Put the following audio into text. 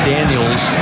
Daniels